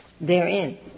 therein